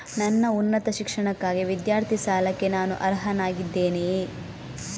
ನನ್ನ ಉನ್ನತ ಶಿಕ್ಷಣಕ್ಕಾಗಿ ವಿದ್ಯಾರ್ಥಿ ಸಾಲಕ್ಕೆ ನಾನು ಅರ್ಹನಾಗಿದ್ದೇನೆಯೇ?